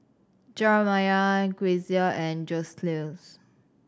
Jerimiah Grecia and Joseluis